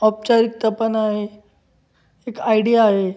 औपचारिकता पण आहे एक आयडिया आहे